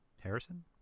Harrison